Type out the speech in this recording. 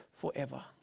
forever